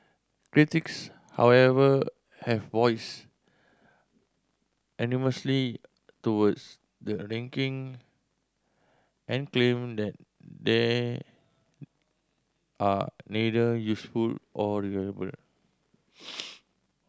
critics however have voiced towards the linking and claim that they are neither useful nor reliable